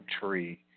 tree